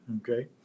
okay